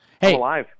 hey